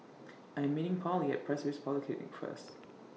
I Am meeting Pollie At Pasir Ris Polyclinic First